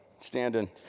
standing